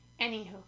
Anywho